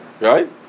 right